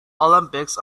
olympics